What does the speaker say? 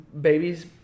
Babies